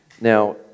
Now